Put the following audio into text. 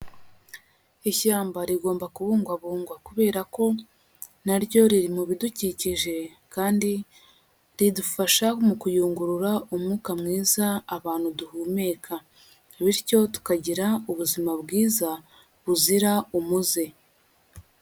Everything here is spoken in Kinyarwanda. Ishyamba rigomba kubungwabungwa kubera ko na ryo riri mu bidukikije kandi ridufasha mu kuyungurura umwuka mwiza abantu duhumeka bityo tukagira ubuzima bwiza buzira umuze.